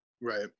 Right